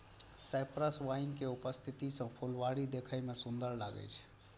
cypress vine के उपस्थिति सं फुलबाड़ी देखै मे सुंदर लागै छै